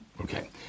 Okay